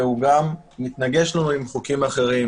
והוא גם מתנגש עם חוקים אחרים